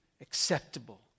acceptable